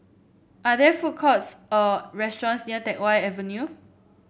are there food courts or restaurants near Teck Whye Avenue